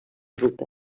ruta